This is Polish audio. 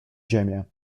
ziemię